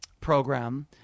program